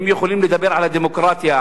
הם יכולים לדבר על הדמוקרטיה,